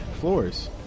floors